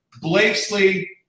Blakesley